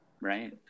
Right